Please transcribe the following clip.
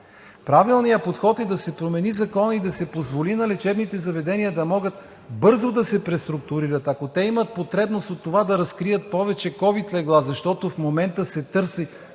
Правилният подход е да се промени законът и да се позволи на лечебните заведения да могат бързо да се преструктурират. Ако те имат потребност от това да разкрият повече ковид легла, защото в момента се търсят